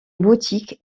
boutiques